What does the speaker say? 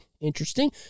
Interesting